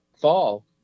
fall